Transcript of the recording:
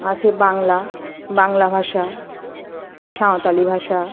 আছে বাংলা বাংলা ভাষা সাঁওতালি ভাষা